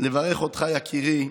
לברך אותך, יקירי,